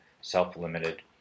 self-limited